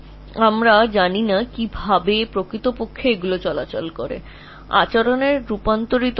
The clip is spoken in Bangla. তবে আমরা সত্যই জানি না তারা কীভাবে সত্যই transmission translation এর মাধ্যমে behavior এ পরিণত হয়